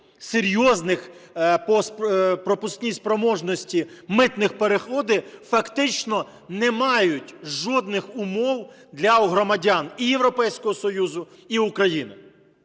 серйозних по пропускній спроможності митних переходи фактично не мають жодних умов для громадян і Європейського Союзу, і України.